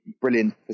brilliant